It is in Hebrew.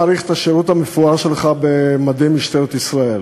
השירות המפואר שלך במדי משטרת ישראל,